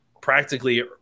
practically